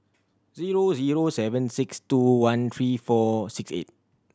zero zero seven six one three four six eight